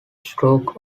stroke